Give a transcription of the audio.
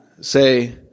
say